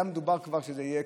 היה מדובר כבר שזה יהיה,